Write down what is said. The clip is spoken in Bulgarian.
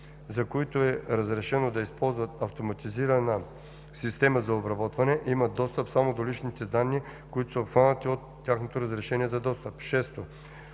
на които е разрешено да използват автоматизирана система за обработване, имат достъп само до личните данни, които са обхванати от тяхното разрешение за достъп; 6.